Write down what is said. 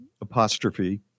apostrophe